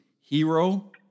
hero